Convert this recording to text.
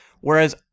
Whereas